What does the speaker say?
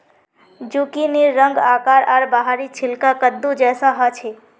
जुकिनीर रंग, आकार आर बाहरी छिलका कद्दू जैसा ह छे